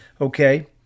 Okay